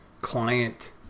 client